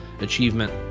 achievement